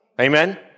Amen